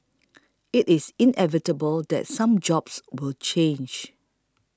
it is inevitable that some jobs will change